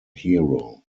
hero